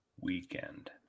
weekend